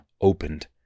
opened